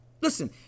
Listen